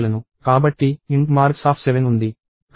కాబట్టి int marks7 ఉంది